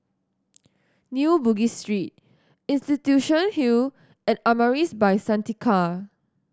New Bugis Street Institution Hill and Amaris By Santika